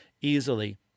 easily